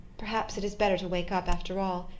perhaps it is better to wake up after all,